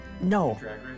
No